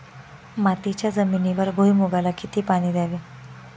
मातीच्या जमिनीवर भुईमूगाला किती पाणी द्यावे?